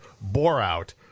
bore-out